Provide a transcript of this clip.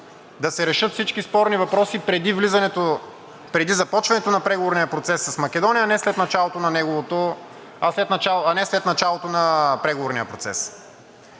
да се решат всички спорни въпроси преди започването на преговорния процес с Македония, а не след началото на преговорния процес.